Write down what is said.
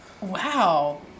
Wow